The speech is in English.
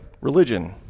religion